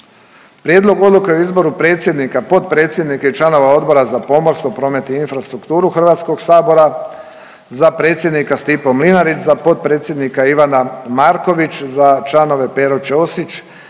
Prijedlog odluke o izboru predsjednika, potpredsjednika i članova Odbora za pomorstvo, promet i infrastrukturu HS-a, za predsjednika Stipo Mlinarić, za potpredsjednika Ivana Marković, za članove Pero Ćosić,